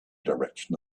direction